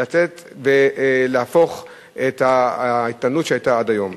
לתת ולהפוך את האיתנות שהיתה עד היום,